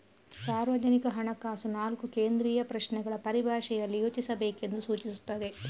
ಸಾರ್ವಜನಿಕ ಹಣಕಾಸು ನಾಲ್ಕು ಕೇಂದ್ರೀಯ ಪ್ರಶ್ನೆಗಳ ಪರಿಭಾಷೆಯಲ್ಲಿ ಯೋಚಿಸಬೇಕೆಂದು ಸೂಚಿಸುತ್ತದೆ